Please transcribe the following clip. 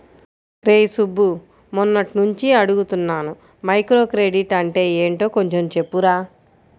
రేయ్ సుబ్బు, మొన్నట్నుంచి అడుగుతున్నాను మైక్రోక్రెడిట్ అంటే యెంటో కొంచెం చెప్పురా